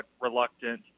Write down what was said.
reluctant